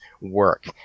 work